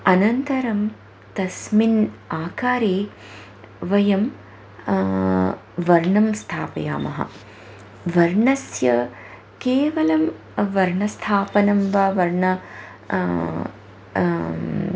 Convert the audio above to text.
अनन्तरं तस्मिन् आकारे वयं वर्णं स्थापयामः वर्णस्य केवलं वर्णस्थापनं वा वर्णं